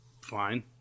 fine